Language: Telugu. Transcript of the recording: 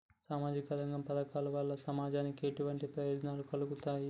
సామాజిక రంగ పథకాల వల్ల సమాజానికి ఎటువంటి ప్రయోజనాలు కలుగుతాయి?